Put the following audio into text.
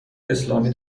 اسلامی